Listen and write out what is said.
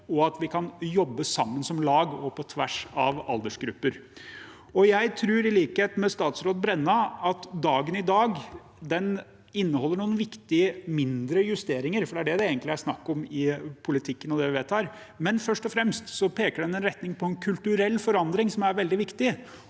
og at vi kan jobbe sammen som lag og på tvers av aldersgrupper. Jeg tror i likhet med statsråd Brenna at dagen i dag inneholder noen viktige mindre justeringer, for det er det det egentlig er snakk om i politikken og det vi vedtar. Likevel peker den først og fremst i retning av en kulturell forandring som er veldig viktig,